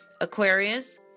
Aquarius